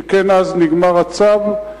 שכן אז נגמר הצו.